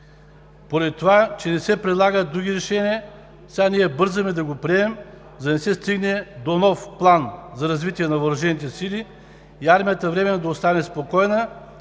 Поради това, че не се предлагат други решения, сега ние бързаме да го приемем, за да не се стигне до нов план за развитие на въоръжените сили и армията временно да остане спокойна